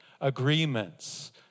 agreements